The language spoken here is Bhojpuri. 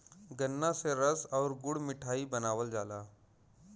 गन्रा से रस आउर गुड़ मिठाई बनावल जाला